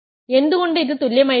എന്തുകൊണ്ട് ഇത് തുല്യമായിരിക്കണം